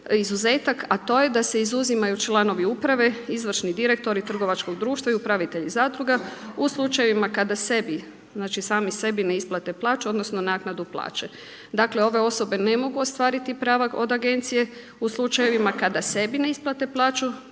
a to je da se izuzimaju članovi uprave, izvršni direktori trgovačkog društva i upravitelji zadruga u slučajevima kada sebi, znači sami sebi ne isplate plaću, odnosno naknadu plaće. Dakle, ove osobe ne mogu ostvariti prava od agencije u slučajevima kada sebi ne isplate plaću,